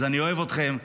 אז אני אוהב אתכם,